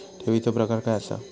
ठेवीचो प्रकार काय असा?